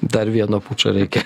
dar vieno pučo reikia